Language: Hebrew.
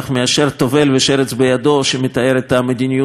ושרץ בידו" שמתאר את המדיניות הצינית הזאת.